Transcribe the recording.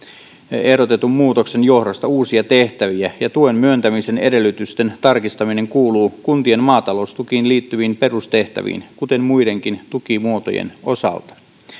ehdotetun muutoksen johdosta uusia tehtäviä ja tuen myöntämisen edellytysten tarkistaminen kuuluu kuntien maataloustukiin liittyviin perustehtäviin kuten muidenkin tukimuotojen osalta